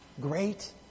great